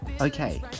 Okay